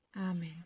Amen